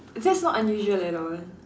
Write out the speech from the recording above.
that's not unusual at all